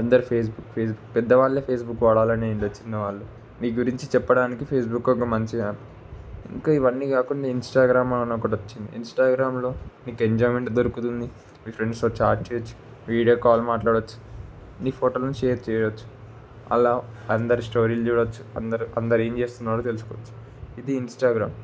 అందరు Facebook Facebook పెద్దవాళ్ళే Facebook వాడాలని ఏం లేదు చిన్నవాళ్ళు నీ గురించి చెప్పడానికి ఫేస్బుక్ ఒక మంచి యాప్ ఇంకా ఇవన్నీ కాకుండా ఇంస్టాగ్రామ్ అని ఒకటి వచ్చింది ఇంస్టాగ్రామ్లో నీకు ఎంజాయ్మెంట్ దొరుకుతుంది మీ ఫ్రెండ్స్తో చాట్ చేయవచ్చు వీడియో కాల్ మాట్లాడవచ్చు నీ ఫోటోలను షేర్ చేయవచ్చు అలా అందరి స్టోరీలు చూడవచ్చు అందరూ అందరూ ఏం చేస్తున్నారో తెలుసుకోవచ్చు ఇది ఇంస్టాగ్రామ్